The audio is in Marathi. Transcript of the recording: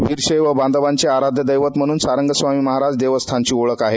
वीरशद्वी बांधवांचे आराध्यदक्ति म्हणून सारंग स्वामी महाराज देवस्थानची ओळख आहे